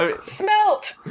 smelt